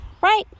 right